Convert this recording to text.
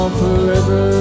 forever